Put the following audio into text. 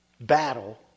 battle